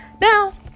Now